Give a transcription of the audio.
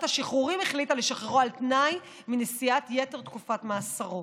השחרורים החליטה לשחררו על תנאי מנשיאת יתר תקופת מאסרו.